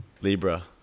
Libra